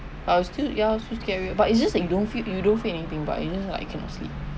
I was still ya I was still scared eh but it's just that you don't feel you don't feel anything but you just like cannot sleep